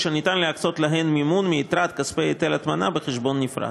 אשר אפשר להקצות להן מימון מיתרת כספי היטל ההטמנה בחשבון נפרד.